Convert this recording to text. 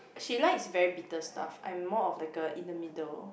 she likes very bitter stuff I'm more of like a in the middle